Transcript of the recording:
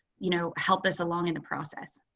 you know, help us along in the process.